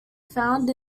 found